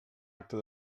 acte